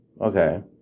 Okay